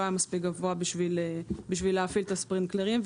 היה מספיק גבוה בשביל להפעיל את הספרינקלרים,